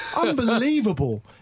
Unbelievable